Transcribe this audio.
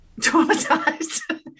traumatized